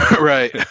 right